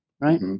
right